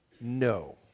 no